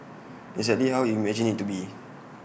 exactly how you imagine IT to be